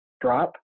drop